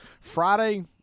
Friday